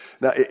Now